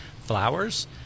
Flowers